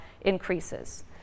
increases